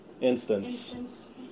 instance